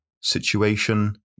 situation